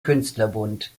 künstlerbund